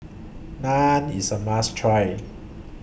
Naan IS A must Try